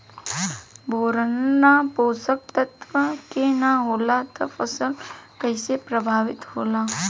Boron पोषक तत्व के न होला से फसल कइसे प्रभावित होला?